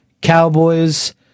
Cowboys